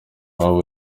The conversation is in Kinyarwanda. baba